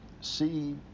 see